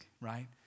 right